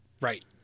Right